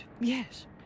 yes